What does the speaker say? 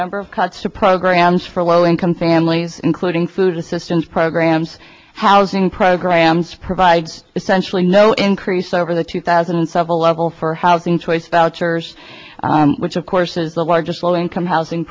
number of cuts to programs for low income families including food assistance programs housing programs provides essentially no increase over the two thousand and seven level for housing choice vouchers which of course is the largest low income housing